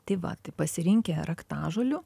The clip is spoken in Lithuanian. tai va tai pasirinkę raktažolių